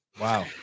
Wow